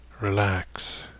relax